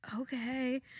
okay